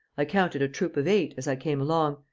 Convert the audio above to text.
i counted a troop of eight, as i came along,